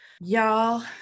Y'all